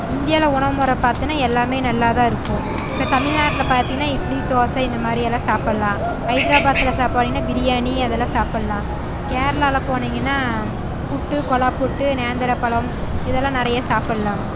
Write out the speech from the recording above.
இந்தியாவில் உணவுமுறை பார்த்தனா எல்லாம் நல்லா தான் இருக்கும் இப்போ தமிழ்நாட்டில் பார்த்திங்னா இட்லி தோசை இந்த மாதிரிலான் சாப்பிட்லான் ஹைதராபாதில் சாப்பிடிங்கன்னா பிரியாணி அதெலான் சாப்பிட்லான் கேரளாவில் போனிங்கன்னா புட்டு குழாப்புட்டு நேந்திரம் பழம் இதெலான் நிறைய சாப்பிட்லான்